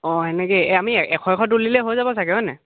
অঁ সেনেকৈ এই আমি এশ এশ তুলিলে হৈ যাব চাগে হয় নাই